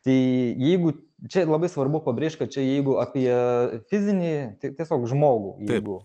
tai jeigu čia labai svarbu pabrėžt kad čia jeigu apie fizinį tik tiesiog žmogų jeigu